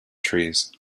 trees